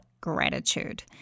gratitude